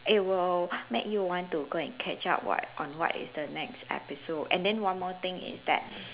it will make you want to go and catch up what on what is next episode and then one more thing is that